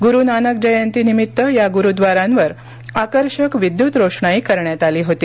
गुरु नानक जयंतीनिमित्त या गुरुव्दारांवर आकर्षक विद्यत रोषणाई करण्यात आली होती